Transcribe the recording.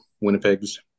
Winnipeg's